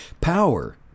Power